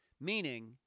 Meaning